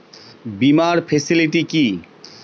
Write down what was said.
বীমার ফেসিলিটি কি?